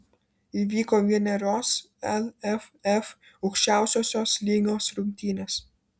įvyko vienerios lff aukščiausiosios lygos rungtynės